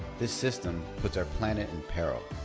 this system puts our planet in peril.